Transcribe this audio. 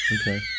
Okay